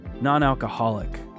non-alcoholic